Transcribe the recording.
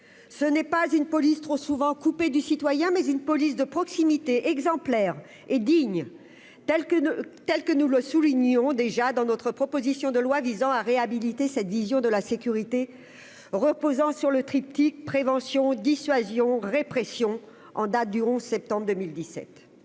ce n'est pas une police trop souvent coupés du citoyen mais une police de proximité exemplaire et digne, tels que de tels que nous le soulignons déjà dans notre proposition de loi visant à réhabiliter cette vision de la sécurité reposant sur le triptyque : prévention, dissuasion, répression, en date du 11 septembre 2017